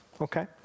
Okay